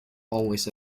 always